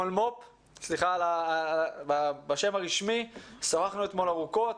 שוחחנו אתמול ארוכות,